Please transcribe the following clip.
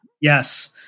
Yes